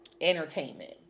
entertainment